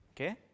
Okay